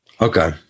Okay